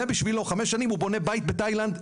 זה בשבילו, בחמש שנים הוא בונה בית בתאילנד.